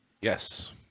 Yes